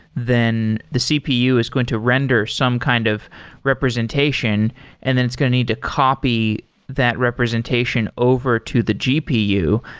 then the cpu is going to render some kind of representation and then it's going to need to copy that representation over to the gpu.